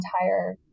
entire